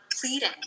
pleading